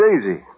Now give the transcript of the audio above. daisy